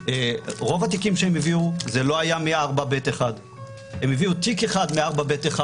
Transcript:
רוב התיקים שהם הביאו זה לא היה מסעיף 4ב1. הם הביאו תיק אחד מ-4ב1,